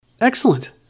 Excellent